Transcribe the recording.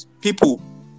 people